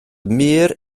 mur